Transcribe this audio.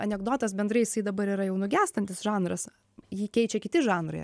anekdotas bendrai jisai dabar yra jau nu gęstantis žanras jį keičia kiti žanrai